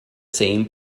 same